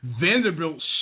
Vanderbilt